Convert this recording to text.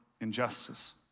injustice